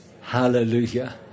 Hallelujah